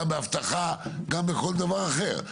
גם באבטחה, גם בכל דבר אחר.